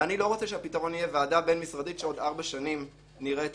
ואני לא רוצה שהפתרון יהיה ועדה בין-משרדית שעוד ארבע שנים נראה את